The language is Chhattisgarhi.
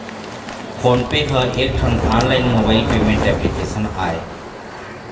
फोन पे ह एकठन ऑनलाइन मोबाइल पेमेंट एप्लीकेसन आय